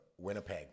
Winnipeg